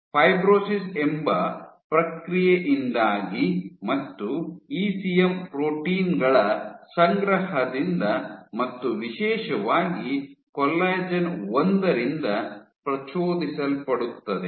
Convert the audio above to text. fibrosis ಎಂಬ ಪ್ರಕ್ರಿಯೆಯಿಂದಾಗಿ ಮತ್ತು ಇಸಿಎಂ ಪ್ರೋಟೀನ್ ಗಳ ಸಂಗ್ರಹದಿಂದ ಮತ್ತು ವಿಶೇಷವಾಗಿ ಕೊಲ್ಲಾಜೆನ್ ಒಂದರಿಂದ ಪ್ರಚೋದಿಸಲ್ಪಡುತ್ತದೆ